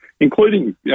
including